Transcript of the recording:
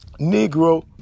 Negro